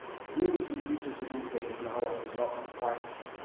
here we see features which indicate his nahuatl was not quite